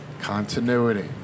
continuity